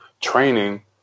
training